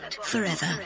forever